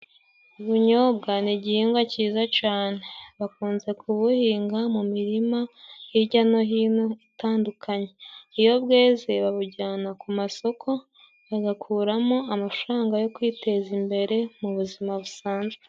Ubunyobwa ni igihingwa cyiza cane bakunze kubuhinga mu mirima hijya no hino itandukanye ,iyo bweze babujyana ku masoko bagakuramo amafaranga yo kwiteza imbere mu buzima busanzwe.